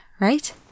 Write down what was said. right